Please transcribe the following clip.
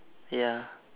ya